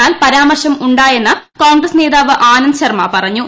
എന്നാൽ പരാമർശം ഉണ്ടായെന്ന് കോൺഗ്രിസ് നേതാവ് ആനന്ദ് ശർമ്മ പറഞ്ഞു